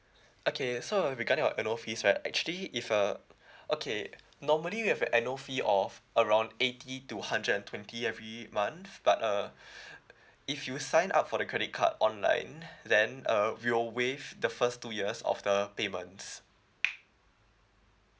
okay so uh regarding our annual fees right actually if uh okay normally we have a annual fee of around eighty to hundred and twenty every month but uh if you sign up for the credit card online then uh we'll waive the first two years of the payments